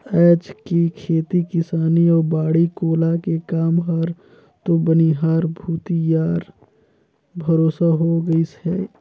आयज के खेती किसानी अउ बाड़ी कोला के काम हर तो बनिहार भूथी यार भरोसा हो गईस है